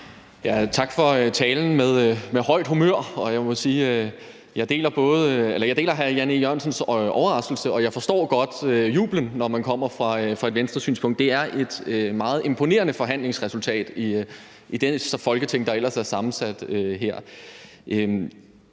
Tak for talen – i højt humør. Jeg deler hr. Jan E. Jørgensens overraskelse, og jeg forstår godt jublen, når man kommer fra et Venstresynspunkt. Det er et meget imponerende forhandlingsresultat i det Folketing, der ellers er sammensat her.